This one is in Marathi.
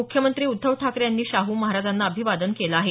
मुख्यमंत्री उद्धव ठाकरे यांनी शाहू महाराजांना अभिवादन केलं आहे